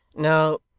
now,